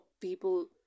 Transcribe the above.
people